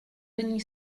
denní